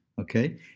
Okay